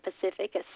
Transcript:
Pacific